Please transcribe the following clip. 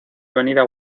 avenida